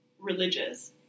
religious